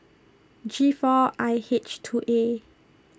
G four I H two A